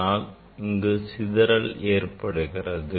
அதனால் அங்கு சிதறல் ஏற்படுகிறது